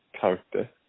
character